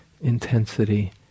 intensity